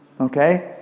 okay